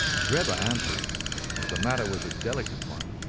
drebber answered that the matter was a delicate one,